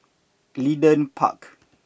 Leedon Park